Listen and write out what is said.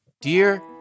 Dear